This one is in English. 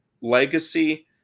Legacy